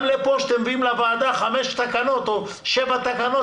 גם לפה כשאתם מביאים לוועדה חמש תקנות או שבע תקנות,